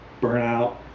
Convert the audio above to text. burnout